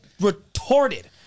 retorted